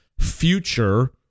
future